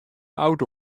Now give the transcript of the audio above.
auto